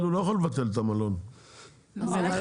הוא לא יכול לבטל את המלון ואת השכרת הרכב.